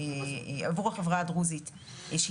עבור החברה הדרוזית.